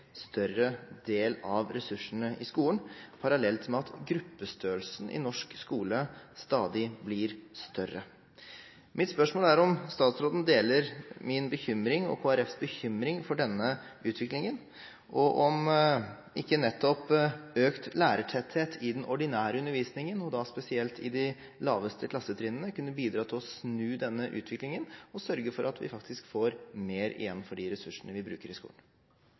større del av ressursene i skolen, parallelt med at gruppestørrelsen i norsk skole stadig blir større. Mitt spørsmål er om statsråden deler min og Kristelig Folkepartis bekymring for denne utviklingen, og om ikke nettopp økt lærertetthet i den ordinære undervisningen – og da spesielt i de laveste klassetrinnene – kunne bidratt til å snu denne utviklingen og sørge for at vi faktisk får mer igjen for de ressursene vi bruker i skolen.